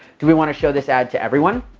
do we want to show this ad to everyone?